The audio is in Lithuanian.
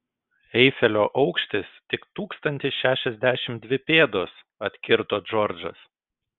eifelio aukštis tik tūkstantis šešiasdešimt dvi pėdos atkirto džordžas